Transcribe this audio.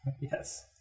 Yes